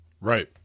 Right